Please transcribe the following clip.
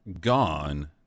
gone